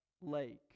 lake